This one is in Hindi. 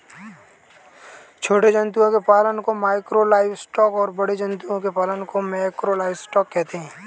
छोटे जंतुओं के पालन को माइक्रो लाइवस्टॉक और बड़े जंतुओं के पालन को मैकरो लाइवस्टॉक कहते है